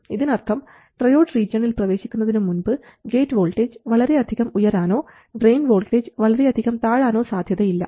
ഇതിനർത്ഥം ട്രയോഡ് റീജിയണിൽ പ്രവേശിക്കുന്നതിന് മുൻപ് ഗേറ്റ് വോൾട്ടേജ് വളരെ അധികം ഉയരാനോ ഡ്രയിൻ വോൾട്ടേജ് വളരെയധികം താഴാനോ സാധ്യതയില്ല